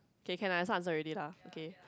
K can lah this one answer already lah K